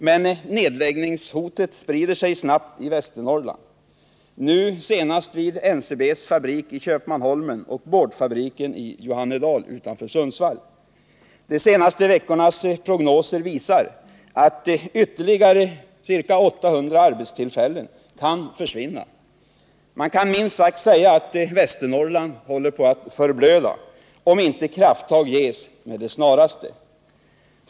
Men nedläggningshotet sprider sig snabbt i Västernorrland, nu senast vid NCB:s fabrik i Köpmanholmen och boardfabriken i Johannedal utanför Sundsvall. De senaste veckornas prognoser visar att ytterligare ca 800 arbetstillfällen kan försvinna. Man kan säga, att Västernorrland minst sagt håller på att förblöda, om inte krafttag tas med det snaraste.